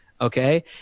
Okay